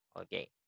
Okay